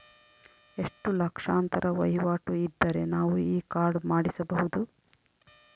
ಎಷ್ಟು ಲಕ್ಷಾಂತರ ವಹಿವಾಟು ಇದ್ದರೆ ನಾವು ಈ ಕಾರ್ಡ್ ಮಾಡಿಸಬಹುದು?